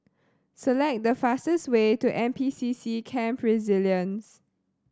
select the fastest way to N P C C Camp Resilience